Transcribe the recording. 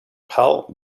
pal